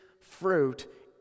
fruit